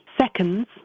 seconds